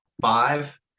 five